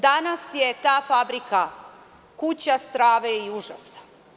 Danas je ta fabrika kuća strave i užasa.